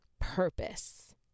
purpose